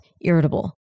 irritable